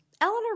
Eleanor